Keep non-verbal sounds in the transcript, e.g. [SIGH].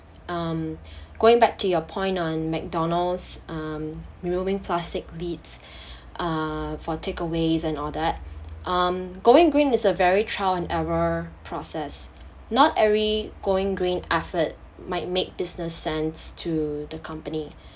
um [BREATH] going back to your point on McDonald's um removing plastic lids [BREATH] uh for takeaways and all that um going green is a very trial and error process not every going green effort might make business sense to the company